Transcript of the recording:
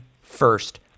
first